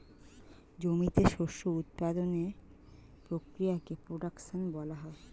জমিতে শস্য উৎপাদনের প্রক্রিয়াকে প্রোডাকশন বলা হয়